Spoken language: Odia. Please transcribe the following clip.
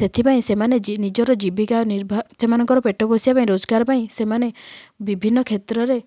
ସେଥିପାଇଁ ସେମାନେ ନିଜର ଜୀବିକା ନିର୍ବାହ ସେମାନଙ୍କର ପେଟ ପୋଷିବା ପାଇଁ ରୋଜଗାର ପାଇଁ ସେମାନେ ବିଭିନ୍ନ କ୍ଷେତ୍ରରେ